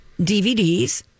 DVDs